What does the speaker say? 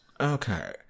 okay